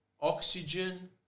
Oxygen